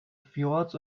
fjords